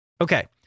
Okay